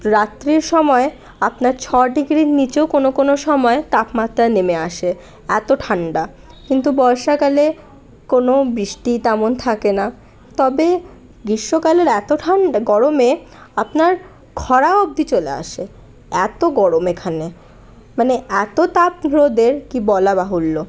রাত্রির সময় আপনার ছ ডিগ্রির নিচেও কোন কোন সময় তাপমাত্রা নেমে আসে এত ঠান্ডা কিন্তু বর্ষাকালে কোন বৃষ্টি তেমন থাকেনা তবে গ্রীষ্মকালের এত ঠান্ডা গরমে আপনার ক্ষরা অবধি চলে আসে এত গরম এখানে মানে এত তাপ রোদের কি বলা বাহুল্য